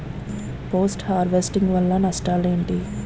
Post harvesting వల్ల నష్టాలు ఏంటి?